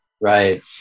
Right